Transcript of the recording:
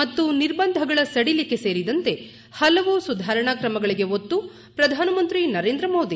ಮತ್ತು ನಿರ್ಬಂಧಗಳ ಸಡಿಲಿಕೆ ಸೇರಿದಂತೆ ಹಲವು ಸುಧಾರಣಾ ಕ್ರಮಗಳಿಗೆ ಒತ್ತು ಪ್ರಧಾನಮಂತ್ರಿ ನರೇಂದ್ರ ಮೋದಿ